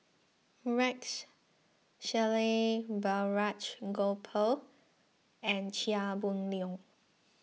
Rex Shelley Balraj Gopal and Chia Boon Leong